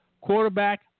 quarterback